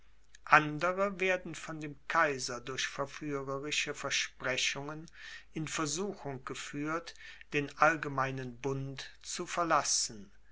andere werden von dem kaiser durch verführerische versprechungen in versuchung geführt den allgemeinen bund zu verlassen